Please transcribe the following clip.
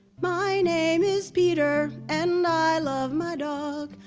my name is peter and i love my dog,